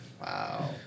Wow